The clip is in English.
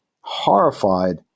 horrified